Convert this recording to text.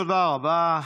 תודה רבה.